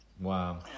Wow